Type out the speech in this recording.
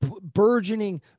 Burgeoning